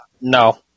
No